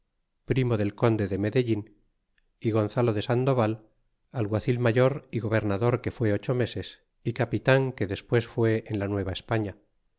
primo del conde de medellin y gonzalo de sandoval alguacil mayor e gobernador que fue ocho meses y capitan que despues fué en la